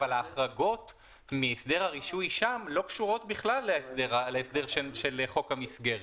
אבל ההחרגות מהסדר הרישוי שם לא קשורות בכלל להסדר של חוק המסגרת,